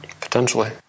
potentially